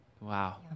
Wow